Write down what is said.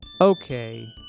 Okay